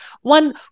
One